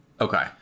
Okay